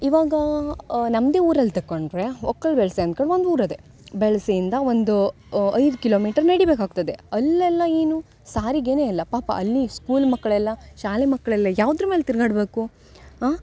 ಇವಾಗ ನಮ್ಮದೇ ಊರಲ್ಲಿ ತಕ್ಕೊಂಡರೆ ಒಕ್ಕಲು ಬೆಳಸೆ ಅನ್ಕಂಡು ಒಂದು ಊರು ಇದೆ ಬೆಳಸೆಯಿಂದ ಒಂದು ಐದು ಕಿಲೋಮೀಟ್ರ್ ನಡಿಬೇಕಾಗ್ತದೆ ಅಲ್ಲೆಲ್ಲ ಏನು ಸಾರಿಗೆಯೇ ಇಲ್ಲ ಪಾಪ ಅಲ್ಲಿ ಸ್ಕೂಲ್ ಮಕ್ಳು ಎಲ್ಲ ಶಾಲೆ ಮಕ್ಳು ಎಲ್ಲ ಯಾವ್ದ್ರ ಮೇಲೆ ತಿರುಗಾಳಡ್ಬೇಕು ಹಾ